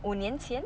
五年前